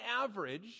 average